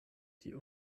die